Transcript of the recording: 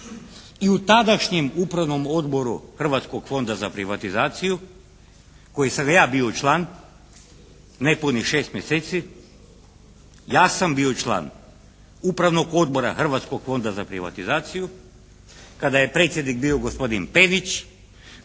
i u tadašnjem Upravnom odboru Hrvatskog fonda za privatizaciju kojeg sam ga ja bio član nepunih 6 mjeseci. Ja sam bio član Upravnog odbora Hrvatskog fonda za privatizaciju kada je predsjednik bio gospodin Pević,